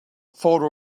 photo